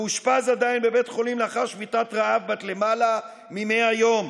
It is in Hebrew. מאושפז עדיין בבית חולים לאחר שביתת רעב בת למעלה מ-100 יום.